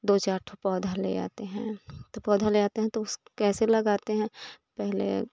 दो चार ठो पौधा ले आते हैं तो पौधा ले आते हैं तो उस कैसे लगाते हैं पहले